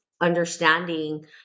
understanding